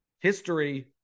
history